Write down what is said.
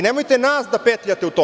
Nemojte nas da petljate u to.